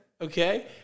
Okay